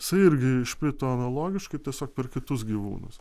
jisai irgi išplito analogiškai tiesiog per kitus gyvūnus